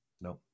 No